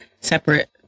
separate